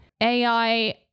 AI